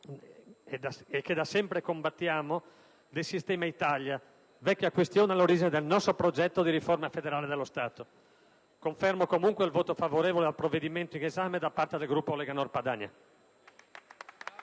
e che da sempre combattiamo - del sistema Italia, vecchia questione all'origine del nostro progetto di riforma federale dello Stato. Confermo comunque il voto favorevole al provvedimento in esame da parte del Gruppo Lega Nord Padania.